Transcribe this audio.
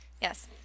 yes